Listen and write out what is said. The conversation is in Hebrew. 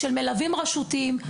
של מלווים רשותיים.